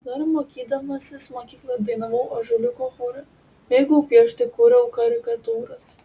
dar mokydamasis mokykloje dainavau ąžuoliuko chore mėgau piešti kūriau karikatūras